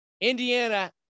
Indiana